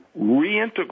reintegrate